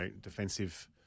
defensive